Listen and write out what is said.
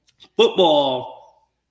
football